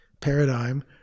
paradigm